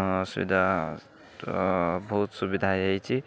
ଅସୁବିଧା ବହୁତ ସୁବିଧା ହେଇଯାଇଛି